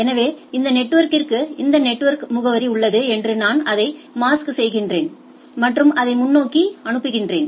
எனவே இந்த நெட்வொர்க்ற்கு இந்த நெட்வொர்க் முகவரி உள்ளது என்று நான் அதை மாஸ்க் செய்கிறேன் மற்றும் அதை முன்னோக்கி அனுப்புகிறேன்